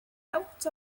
out